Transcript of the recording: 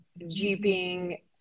jeeping